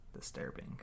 disturbing